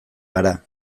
gara